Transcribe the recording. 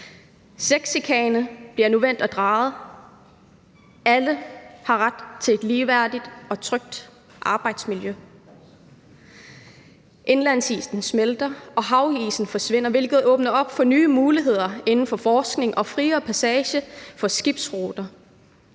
Sexchikane bliver nu vendt og drejet, alle har ret til et ligeværdigt og trygt arbejdsmiljø. Indlandsisen smelter, og havisen forsvinder, hvilket åbner op for nye muligheder inden for forskning og friere passage for skibsruter.